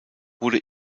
wurde